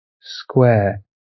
square